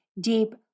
deep